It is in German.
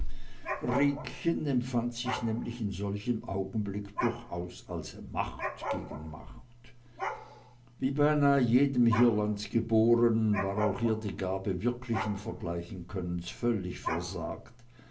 empfand sich nämlich in solchem augenblicke durchaus als macht gegen macht wie beinah jedem hierlandes geborenen war auch ihr die gabe wirklichen vergleichenkönnens völlig versagt